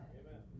amen